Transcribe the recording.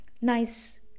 nice